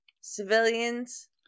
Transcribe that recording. Civilians